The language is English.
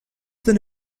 than